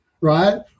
right